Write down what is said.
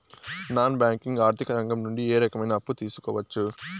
Non banking ఆర్థిక రంగం నుండి ఏ రకమైన అప్పు తీసుకోవచ్చు?